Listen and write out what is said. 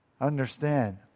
understand